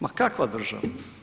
Ma kakva država.